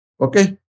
Okay